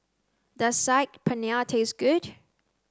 does Saag Paneer taste good